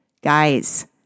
Guys